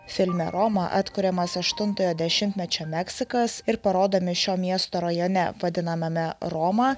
filme roma atkuriamas aštuntojo dešimtmečio meksikas ir parodomi šio miesto rajone vadinamame roma